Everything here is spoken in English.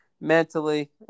mentally